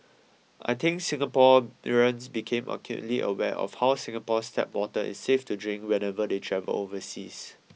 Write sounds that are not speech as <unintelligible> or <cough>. I think Singapore <unintelligible> become acutely aware of how Singapore's tap water is safe to drink whenever they travel overseas